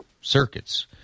circuits